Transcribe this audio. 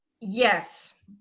Yes